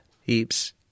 Heaps